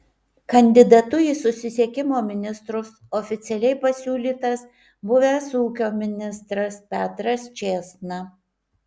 kandidatu į susisiekimo ministrus oficialiai pasiūlytas buvęs ūkio ministras petras čėsna